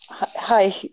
Hi